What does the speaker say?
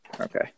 Okay